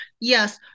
yes